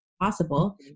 possible